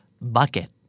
bucket